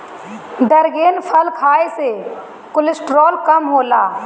dragon फल खाए से कोलेस्ट्राल कम होला